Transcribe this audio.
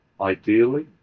Ideally